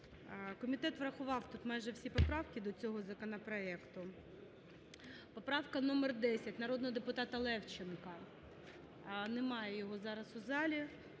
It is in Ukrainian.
Комітет врахував тут майже всі поправки до цього законопроекту. Поправка номер 10 народного депутата Левченка. Немає його зараз у залі.